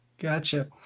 Gotcha